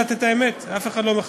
הנתונים, אין להם הרבה מאוד